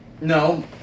No